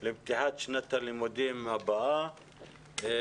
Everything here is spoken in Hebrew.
לפתיחת שנת הלימודים הבאה.